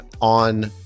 on